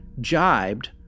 jibed